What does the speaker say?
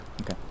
Okay